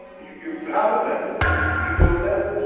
you you have a family lawyer, you go to them.